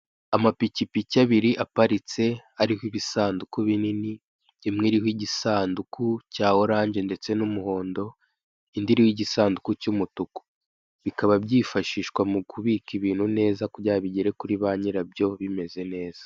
Amapikipiki abiri aparitse ariho ibisanduku binini imwe iriho igisanduku cya oranje ndetse n'umuhondo, indi iriho igisanduku cy'umutuku bikaba byifashishwa mu kubika ibintu neza kugira ngo bigere kuri banyirabyo bimeze neza.